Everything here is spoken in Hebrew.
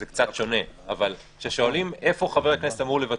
וזה קצת שונה, אבל כששואלים איפה עובר קו הגבול,